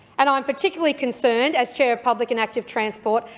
and um am particularly concerned, as chair of public and active transport,